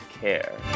care